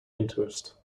interest